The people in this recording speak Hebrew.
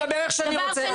אני אדבר איך שאני רוצה.